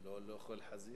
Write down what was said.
לא לאכול חזיר.